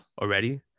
Already